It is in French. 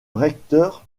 recteur